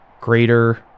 greater